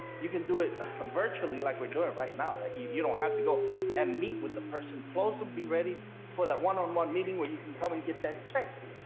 you can do it virtually like we're doing right now that you you don't have to go and meet with the person close and be ready for that one on one meeting where you can come and get that check.